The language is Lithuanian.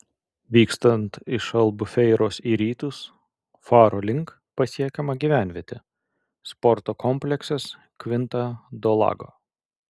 vykstant iš albufeiros į rytus faro link pasiekiama gyvenvietė sporto kompleksas kvinta do lago